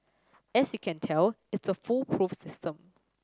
as you can tell it's a foolproof system